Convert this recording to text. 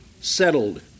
settled